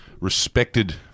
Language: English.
respected